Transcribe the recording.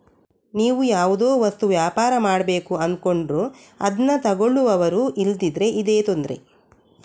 ನೀವು ಯಾವುದೋ ವಸ್ತು ವ್ಯಾಪಾರ ಮಾಡ್ಬೇಕು ಅಂದ್ಕೊಂಡ್ರು ಅದ್ನ ತಗೊಳ್ಳುವವರು ಇಲ್ದಿದ್ರೆ ಇದೇ ತೊಂದ್ರೆ